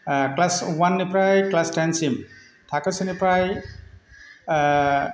class अवाननिफ्राय class टेनसिम थाखो से निफ्राय